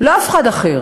לא אף אחד אחר.